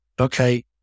Okay